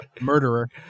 Murderer